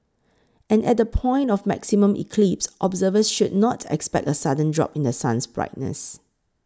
and at the point of maximum eclipse observers should not expect a sudden drop in The Sun's brightness